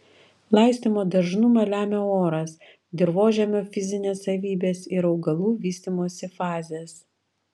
laistymo dažnumą lemia oras dirvožemio fizinės savybės ir augalų vystymosi fazės